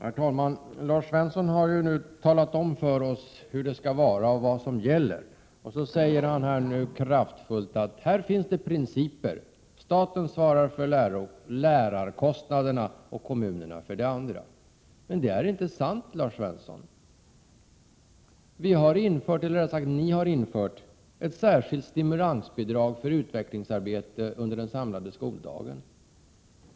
Herr talman! Lars Svensson har nu talat om för oss hur allt skall vara och vad som gäller, och så säger han nu kraftfullt att här finns det principer, staten svarar för lärarkostnaderna och kommunerna för det övriga. Men det är inte sant, Lars Svensson. Ni har infört ett särskilt stimulansbidrag för utvecklingsarbete under den samlade skoldagen.